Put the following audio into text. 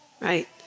right